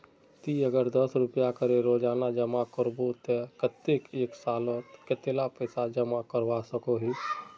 ती अगर दस रुपया करे रोजाना जमा करबो ते कतेक एक सालोत कतेला पैसा जमा करवा सकोहिस?